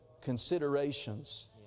considerations